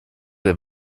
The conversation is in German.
der